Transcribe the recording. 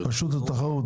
רשות התחרות.